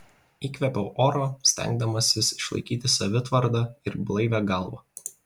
įkvėpiau oro stengdamasis išlaikyti savitvardą ir blaivią galvą